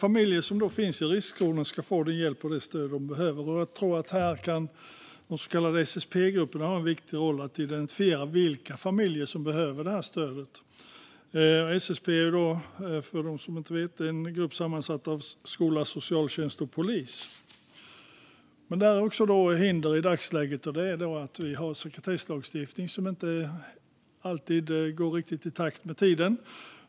Familjer som finns i riskzonen ska få den hjälp och det stöd de behöver. Här kan de så kallade SSP-grupperna nog ha en viktig roll för att identifiera vilka familjer som behöver stöd. För dem som inte vet är SSP en grupp sammansatt av skola, socialtjänst och polis. Här finns dock hinder i dagsläget i form av en sekretesslagstiftning som inte alltid går i takt med tiden.